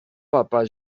papa